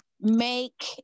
make